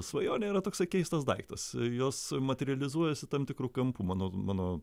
svajonė yra toksai keistas daiktas jos materializuojasi tam tikru kampu mano mano